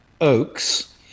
oaks